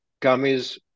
gummies